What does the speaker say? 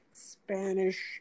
Spanish